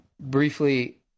briefly